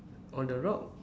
on the rock